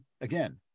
again